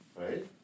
right